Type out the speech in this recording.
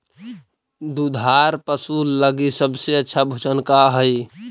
दुधार पशु लगीं सबसे अच्छा भोजन का हई?